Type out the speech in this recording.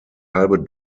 halbe